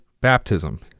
baptism